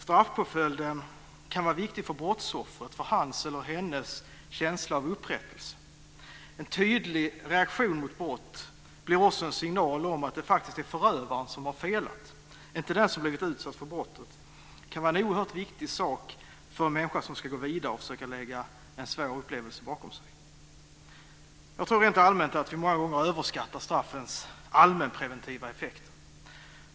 Straffpåföljden kan vara viktig för brottsoffret, för hans eller hennes känsla av upprättelse. En tydlig reaktion mot brott blir också en signal om att det faktiskt är förövaren som har felat och inte den som blivit utsatt för brottet. Det kan vara en oerhört viktig sak för en människa som ska gå vidare och försöka lägga en svår upplevelse bakom sig. Jag tror rent allmänt att vi många gånger överskattar straffens allmänpreventiva effekt.